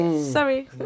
Sorry